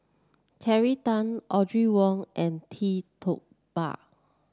Terry Tan Audrey Wong and Tee Tua Ba